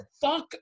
Fuck